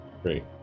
Great